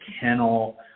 kennel